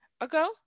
ago